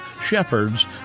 shepherds